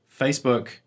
Facebook